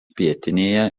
pietinėje